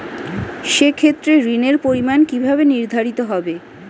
সে ক্ষেত্রে ঋণের পরিমাণ কিভাবে নির্ধারিত হবে?